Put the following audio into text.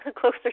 closer